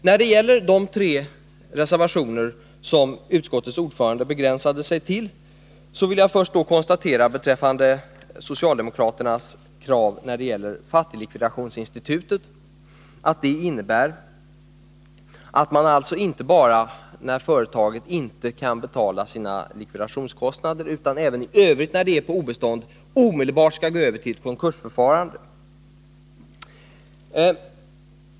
Beträffande de tre reservationer som utskottets ordförande begränsade sig till vill jag först beträffande socialdemokraternas krav när det gäller fattiglikvidationsinstitutet konstatera att det innebär att man inte bara när ett företag inte kan betala sina likvidationskostnader utan även i övrigt när ett företag är på obestånd omedelbart skall gå över till konkursförfarande.